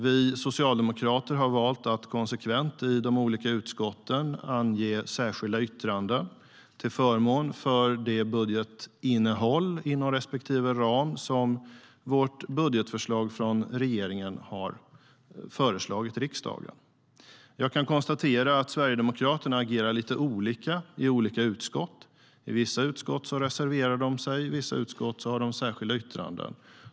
Vi socialdemokrater har valt att konsekvent i olika utskott avge särskilda yttranden till förmån för det budgetinnehåll inom respektive ram i vårt budgetförslag som regeringen har lagt fram för riksdagen. Jag kan konstatera att Sverigedemokraterna agerar olika i olika utskott. I vissa utskott reserverar de sig, i andra utskott avger de särskilda yttranden.